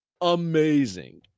Amazing